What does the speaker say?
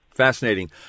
Fascinating